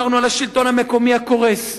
דיברנו על השלטון המקומי הקורס,